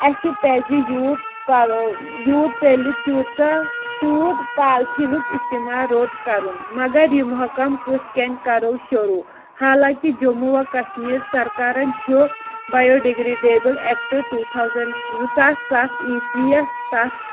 اَسہِ پَزِ یوٗت پَل یوٗت پیٚلہِ تیوٗتاہ تیوٗت پالتھیٖنُک استعمال روٚٹ کَرُن مگر یہِ محکَم کٕتھ کَنۍ کَرو شروٗع حالانٛکہِ جموں وشمیٖر سرکارن چھُ بَیو ڈِگریڈیبٕل ایٚکٹ ٹوٗ تھاوزنٛڈ زٕ ساس سَتھ ایس وی یَس تَتھ